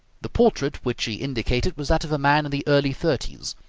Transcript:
the portrait which he indicated was that of a man in the early thirties.